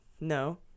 No